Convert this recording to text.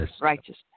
righteousness